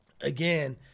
again